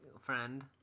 friend